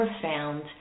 profound